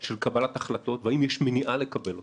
של קבלת החלטות והאם יש מניעה לקבל אותן.